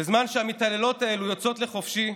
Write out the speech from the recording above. בזמן שהמתעללות האלה יוצאות לחופשי,